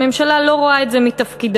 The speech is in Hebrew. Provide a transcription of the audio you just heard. הממשלה לא רואה את זה מתפקידה,